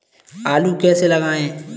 आलू कैसे लगाएँ?